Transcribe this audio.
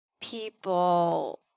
people